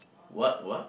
what what